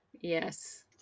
Yes